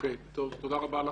תודה שלי,